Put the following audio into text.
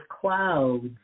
clouds